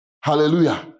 Hallelujah